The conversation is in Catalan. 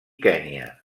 kenya